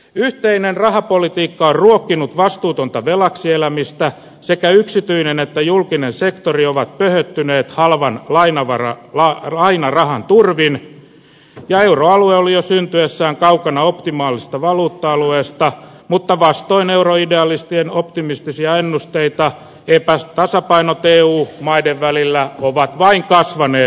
yhteinen rahapolitiikka on ruokkinut vastuutonta velaksi elämistä sekä yksityinen että julkinen sektori ovat pöhöttyneet halvan lainarahan turvin ja euroalue oli jo syntyessään kaukana optimaalisesta valuutta alueesta mutta vastoin euroidealistien optimistisia ennusteita epätasapainot eu maiden välillä ovat vain kasvaneet euroaikana